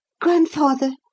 Grandfather